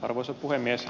arvoisa puhemies